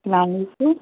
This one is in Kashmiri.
اسَلامَ علیکُم